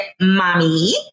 mommy